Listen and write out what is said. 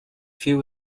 few